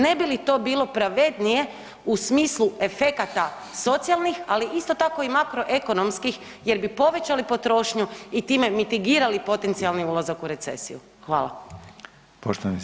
Ne bi li to bilo pravednije u smislu efekata socijalnih, ali isto tako i makroekonomskih jer bi povećali potrošnju i time mitigirali potencijalni ulazak u recesiju?